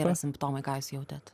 yra simptomai ką jūs jautėt